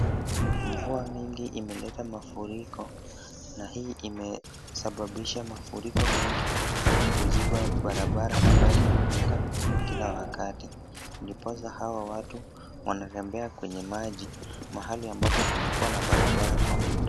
Mvua mingi imeleta mafuriko na hii imesababisha mafuriko mengi kuziba barabara ambayo hutumika kila wakati, ndiposa hawa watu wanatembea kwenye maji mahali ambapo kumekuwa na barabara kwa muda.